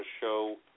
show